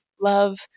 love